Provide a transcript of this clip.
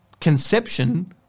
conception